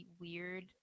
weird